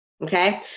Okay